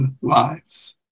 lives